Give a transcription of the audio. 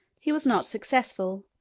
he was not successful,